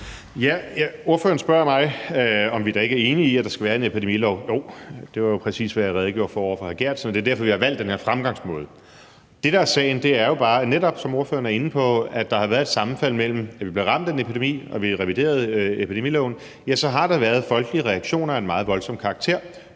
Ordføreren spørger mig, om vi da ikke er enige i, at der skal være en epidemilov. Og jo, det var jo præcis, hvad jeg redegjorde for over for hr. Martin Geertsen, og det er derfor, vi har valgt den her fremgangsmåde. Det, der er sagen, er jo bare, som ordføreren netop er inde på, at der har været et sammenfald mellem, at vi blev ramt af en epidemi og vi reviderede epidemiloven. Og der har så været folkelige reaktioner af en meget voldsom karakter